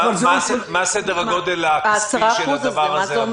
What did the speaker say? מה סדר הגודל הכספי של הדבר הזה?